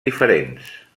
diferents